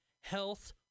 Health